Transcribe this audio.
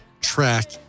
track